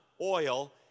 oil